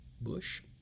Bush